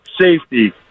safety